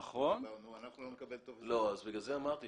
מה שקשור